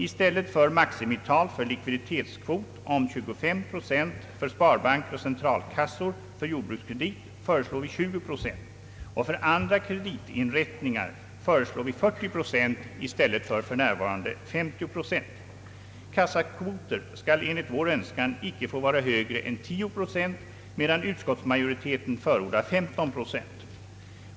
I stället för maximital för likviditetskvot om 25 procent för sparbanker och centralkassor för jordbrukskredit föreslår vi 20 procent, och för andra kreditinrättningar föreslår vi 40 procent i stället för nuvarande 50 procent. Kassakvoter skall enligt vår önskan icke få vara högre än 10 procent, medan utskottsmajoriteten förordar 15 procent.